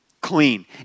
clean